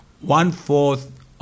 one-fourth